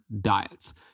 diets